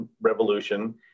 revolution